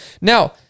Now